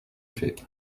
fait